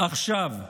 עכשיו.